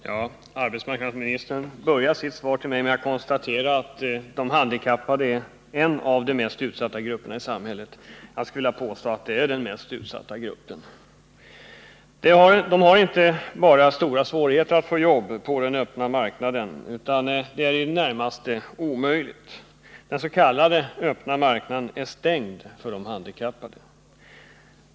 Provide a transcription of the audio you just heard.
Herr talman! Arbetsmarknadsministern konstaterar i början av sitt svar till mig: ”De handikappade är en av de mest utsatta grupperna i samhället.” pades situation på arbetsmarknaden Jag skulle vilja påstå att de är den mest utsatta gruppen. De har inte bara stora svårigheter att få jobb på den ”öppna marknaden”, utan detta är i det närmaste omöjligt. Den s.k. öppna marknaden är stängd för de handikappade.